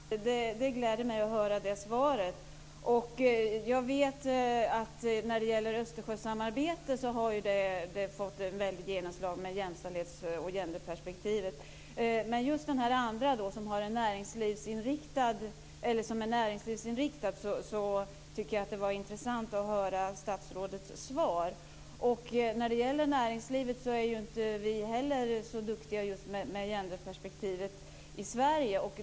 Fru talman! Det gläder mig att höra det svaret. När det gäller Östersjösamarbetet har det fått ett väldigt genomslag med jämställdhet och genderperspektivet. Men det var intressant att höra statsrådets svar just när det gäller den andra Östersjömiljarden, som är näringslivsinriktad. När det gäller näringslivet är vi inte heller i Sverige så duktiga just när det handlar om genderperspektivet.